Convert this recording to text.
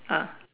ah